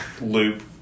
Loop